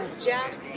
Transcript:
Jack